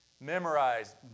memorized